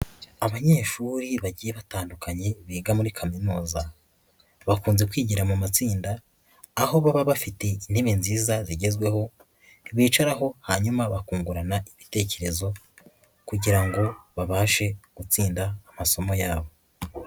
Abanyeshuri bagiye batandukanye, biga muri Kaminuza. Bakunze kwigira mu matsinda, aho baba bafite intebe nziza zigezweho bicaraho, hanyuma bakungurana ibitekerezo kugira ngo babashe gutsinda amasomo yabo.